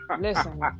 Listen